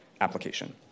application